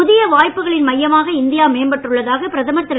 புதிய வாய்ப்புகளின் மையமாக இந்தியா மேம்பட்டுள்ளதாக பிரதமர் திரு